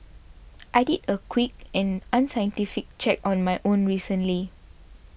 I did a quick and unscientific check of my own recently